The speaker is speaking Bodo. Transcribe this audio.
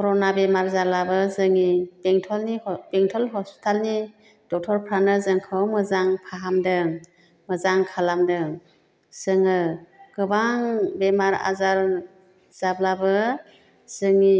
कर'ना बेमार जालाबो जोंनि बेंटलनि ह बेंटल हस्पिटालनि डाक्टारफ्रानो जोंखौ मोजां फाहामदों मोजां खालामदों जोङो गोबां बेमार आजार जाब्लाबो जोंनि